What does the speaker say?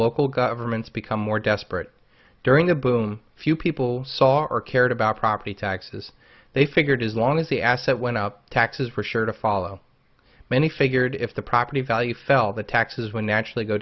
local governments become more desperate during the boom a few people saw or cared about property taxes they figured as long as the asset went out taxes for sure to follow many figured if the property value fell the taxes when they actually go